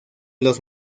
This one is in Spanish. los